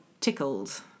Tickled